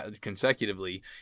consecutively